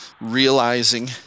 realizing